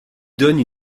donne